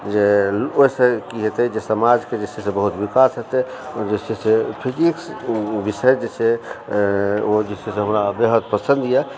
जे ओहिसे कि हेतय जे समाजके जे छै से बहुत विकास हेतै जे छै से फिजिक्स विषय जे छै ओ जे छै हमरा बेहद पसन्द या